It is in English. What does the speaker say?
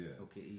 Okay